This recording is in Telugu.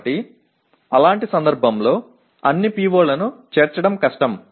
కాబట్టి అలాంటి సందర్భంలో అన్ని PO లను చేర్చడం కష్టం